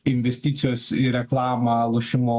investicijos į reklamą lošimų